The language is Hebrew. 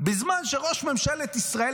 בזמן שראש ממשלת ישראל,